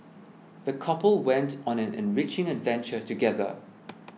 the couple went on an enriching adventure together